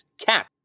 cap